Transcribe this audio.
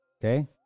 Okay